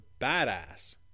badass